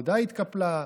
העבודה התקפלה,